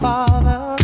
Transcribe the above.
Father